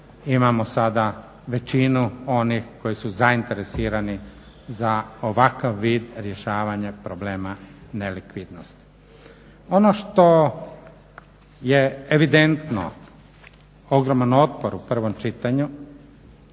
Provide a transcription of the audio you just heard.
imamo sada većinu onih koji su zainteresirani za ovakav vid rješavanja problema nelikvidnosti. Ono što je evidentno, ogroman otpor u prvom čitanju